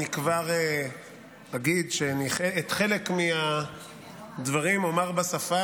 אני כבר אגיד שחלק מהדברים אומר בשפה